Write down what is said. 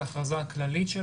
יש את ההכרזה הכללית,